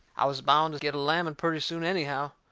i was bound to get a lamming purty soon anyhow.